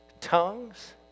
tongues